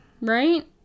right